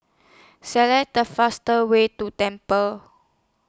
Select The fastest Way to Temple